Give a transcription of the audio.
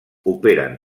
operen